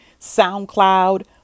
SoundCloud